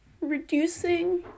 reducing